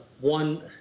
one